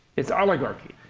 it's oligarchy.